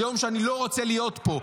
זה יום שאני לא רוצה להיות פה.